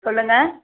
சொல்லுங்கள்